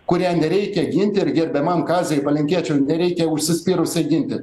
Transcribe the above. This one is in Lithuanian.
kurią nereikia ginti ir gerbiamam kaziui palinkėčiau nereikia užsispyrusiai ginti